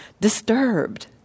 Disturbed